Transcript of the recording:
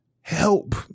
Help